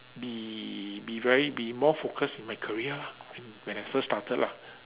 be be very be more focused in my career lah when I first started lah